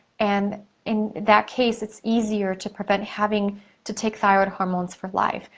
and in that case it's easier to prevent having to take thyroid hormones for life.